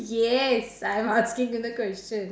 yes I'm asking in a question